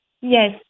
Yes